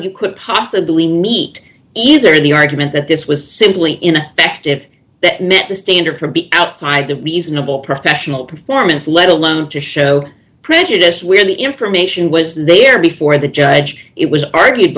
you could possibly meet either the argument that this was simply in the active that met the standard for be outside the reasonable professional performance let alone to show prejudice where the information was there before the judge it was argued